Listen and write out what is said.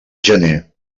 gener